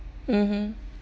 mmhmm